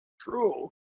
true